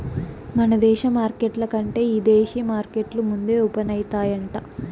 మన దేశ మార్కెట్ల కంటే ఇదేశీ మార్కెట్లు ముందే ఓపనయితాయంట